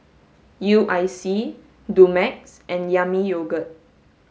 U I C Dumex and yami yogurt